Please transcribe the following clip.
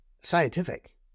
scientific